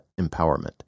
empowerment